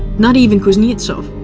not even kuznetsov.